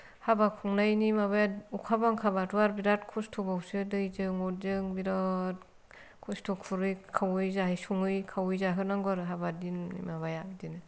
हाबा खुंनायनि माबाया अखा बांखाबाथ' आर बिराद खस्थ' बावसो दै जों अरजों बिराद खस्थ' खुरै खावै जाहै सङै खावै जाहोनांगौ आरो हाबा दिननि माबाया बिदिनो